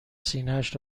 سینهاش